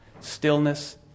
stillness